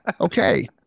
Okay